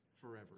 forever